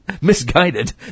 misguided